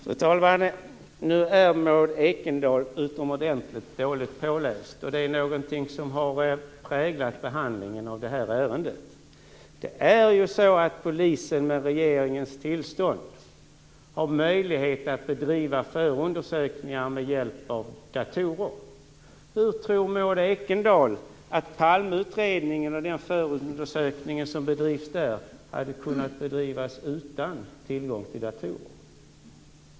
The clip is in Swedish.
Fru talman! Nu är Maud Ekendahl utomordentligt dåligt påläst, och det är någonting som har präglat behandlingen av detta ärende. Det är så att polisen med regeringens tillstånd har möjlighet att bedriva förundersökningar med hjälp av datorer. Hur tror Maud Ekendahl att Palmeutredningen och den förundersökning som bedrivs i anslutning till den hade kunnat bedrivas utan tillgång till datorer?